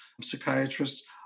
psychiatrists